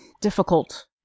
difficult